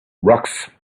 rocks